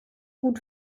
gut